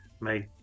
make